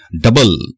double